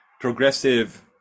progressive